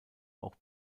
auch